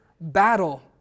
battle